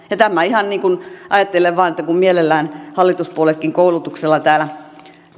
ja tämä ihan niin kuin ajatellen vain että kun mielellään hallituspuolueetkin täällä